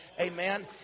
Amen